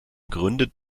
gründet